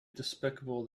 despicable